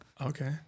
Okay